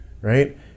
right